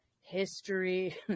history